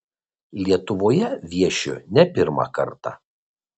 lietuvoje viešiu ne pirmą kartą